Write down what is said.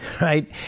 right